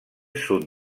sud